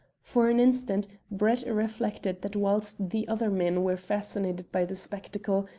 for an instant brett reflected that whilst the other men were fascinated by the spectacle,